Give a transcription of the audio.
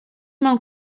mewn